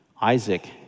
Isaac